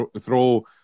throw